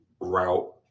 route